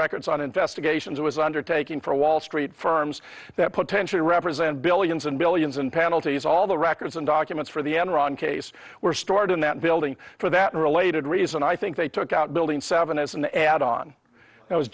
records on investigations was undertaking for wall street firms that potentially represent billions and billions in penalties all the records and documents for the enron case were stored in that building for that related reason i think they took out building seven as an add on